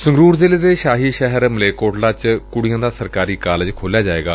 ਸੰਗਰੂਰ ਜ਼ਿਲ੍ਹੇ ਦੇ ਸ਼ਾਹੀ ਸ਼ਹਿਰ ਮਲੇਰਕੋਟਲਾ ਚ ਕੁਡੀਆਂ ਦਾ ਸਰਕਾਰੀ ਕਾਲਿਜ ਖੋਲ੍ਹਿਆ ਜਾਏਗਾ